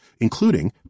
including